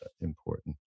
important